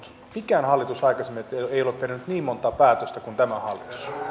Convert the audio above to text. mikään hallitus aikaisemmin ei ole perunut niin montaa päätöstä kuin tämä hallitus